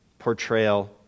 portrayal